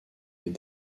est